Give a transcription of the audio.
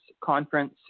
conference